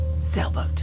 sailboat